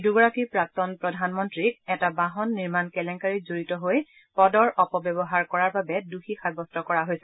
দুই গৰাকী প্ৰাক্তন প্ৰধানমন্ত্ৰীক এটা বাহন নিৰ্মাণ কেলেংকাৰীত জড়িত হৈ পদৰ অপব্যৱহাৰ কৰাৰ বাবে দোষী সাব্যস্ত কৰিছে